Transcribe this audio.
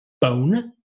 bone